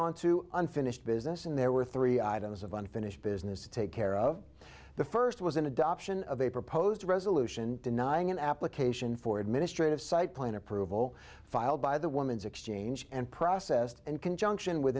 on to unfinished business and there were three items of unfinished business to take care of the first was an adoption of a proposed resolution denying an application for administrative site plan approval filed by the woman's exchange and processed in conjunction with